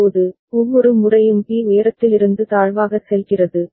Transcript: இப்போது ஒவ்வொரு முறையும் B உயரத்திலிருந்து தாழ்வாக செல்கிறது